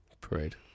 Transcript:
Parade